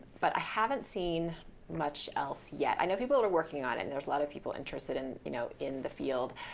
but i haven't seen much else yet. i know people are working on it, and there's a lot of people interested in you know in the field,